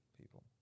People